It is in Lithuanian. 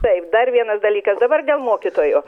taip dar vienas dalykas dabar dėl mokytojų